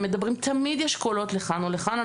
הם מדברים תמיד יש קולות לכאן ולכאן,